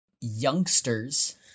Youngsters